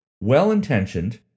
Well-intentioned